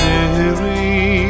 Mary